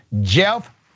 Jeff